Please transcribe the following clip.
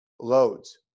loads